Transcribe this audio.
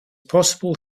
possible